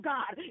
God